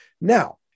Now